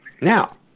Now